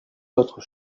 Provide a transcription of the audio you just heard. autres